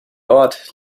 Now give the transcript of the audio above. ort